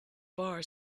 bar